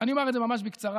אני אומר את זה ממש בקצרה.